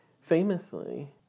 Famously